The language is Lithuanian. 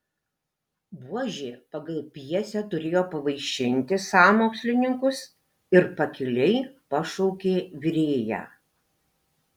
buožė pagal pjesę turėjo pavaišinti sąmokslininkus ir pakiliai pašaukė virėją